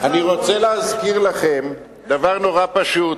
אני רוצה להזכיר לכם דבר נורא פשוט: